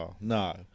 No